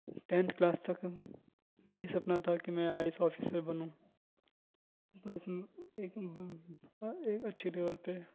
tenth class تک یہی سپنا تھا کہ میں آئی ایس آفیسر بنوں پولیس ایک اچھے لیول پہ